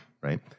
right